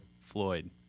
Floyd